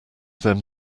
them